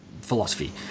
philosophy